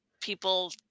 people